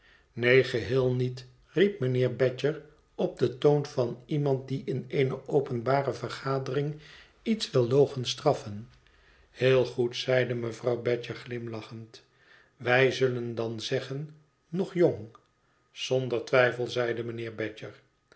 neen geheel niet riep mijnheer badger op den toon van iemand die in eene openbare vergadering iets wil logenstraffen heel goed zeide mevrouw badger glimlachend wij zullen dan zeggen nog jong zonder twijfel zeide mijnheer badger